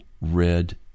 red